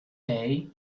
day